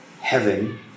heaven